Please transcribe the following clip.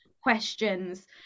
questions